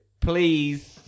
please